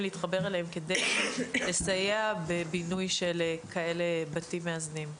להתחבר אליהם כדי לסייע בבינוי של בתים מאזנים כאלה.